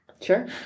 Sure